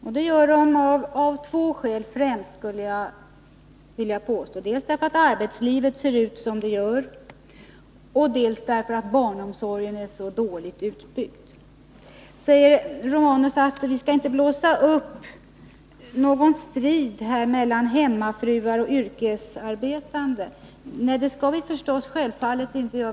Jag vill påstå att de gör det av främst två skäl — dels för att arbetslivet ser ut som det gör, dels för att barnomsorgen är så dåligt utbyggd. Gabriel Romanus säger att vi inte skall blåsa upp någon strid mellan hemmafruar och yrkesarbetande. Nej, självfallet inte.